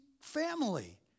family